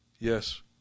Yes